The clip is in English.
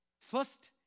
First